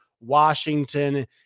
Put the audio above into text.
Washington